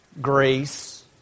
Grace